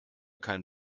kein